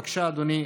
בבקשה, אדוני.